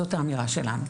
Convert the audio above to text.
זאת האמירה שלנו.